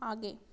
आगे